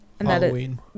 Halloween